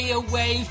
away